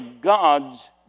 God's